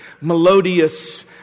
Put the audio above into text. melodious